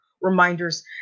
reminders